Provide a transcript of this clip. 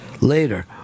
Later